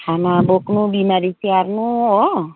खाना बोक्नु बिमारी स्याहार्नु हो